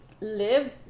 live